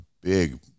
big